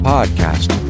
Podcast